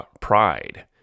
Pride